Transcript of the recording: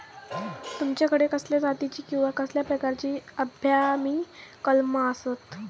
तुमच्याकडे कसल्या जातीची किवा कसल्या प्रकाराची आम्याची कलमा आसत?